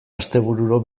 astebururo